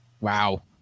Wow